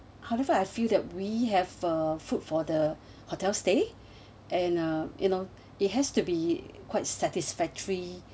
however I feel that we have uh food for the hotel stay and uh you know it has to be quite satisfactory